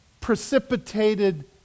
precipitated